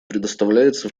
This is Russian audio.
предоставляется